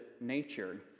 nature